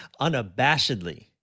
Unabashedly